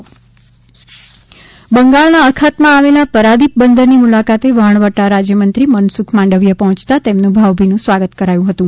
માંડવીયા પરાદિપ બંદર બંગાળના અખાતમાં આવેલા પરાદિપ બંદરની મુલાકાતે વહાણવટા રાજ્યમંત્રી મનસુખ માંડવીયા પર્હોંચતા તેમનું ભાવભિનું સ્વાગત કરાયું હતું